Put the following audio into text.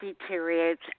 deteriorates